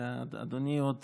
אדוני עוד